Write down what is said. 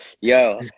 yo